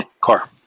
car